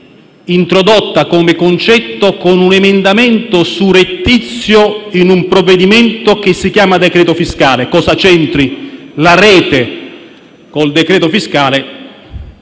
introdotta come concetto con un emendamento surrettizio in un provvedimento che si chiama decreto fiscale. Cosa c'entri la rete con il decreto fiscale